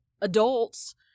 adults